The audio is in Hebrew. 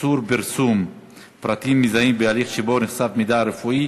(איסור פרסום פרטים מזהים בהליך שבו נחשף מידע רפואי),